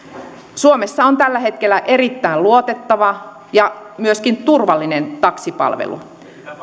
suomessa on tällä hetkellä erittäin luotettava ja myöskin turvallinen taksipalvelu